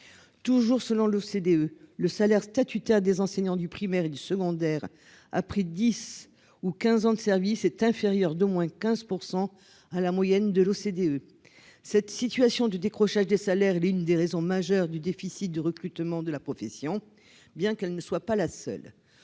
toujours selon l'OCDE, le salaire statutaire des enseignants du primaire et du secondaire a pris 10 ou 15 ans de service est inférieur d'au moins 15 % à la moyenne de l'OCDE, cette situation du décrochage des salaires, l'une des raisons majeures du déficit de recrutement de la profession, bien qu'elle ne soit pas la seule,